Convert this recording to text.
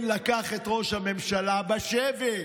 לקחו אותך בשבי.